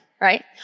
right